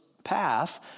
Path